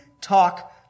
talk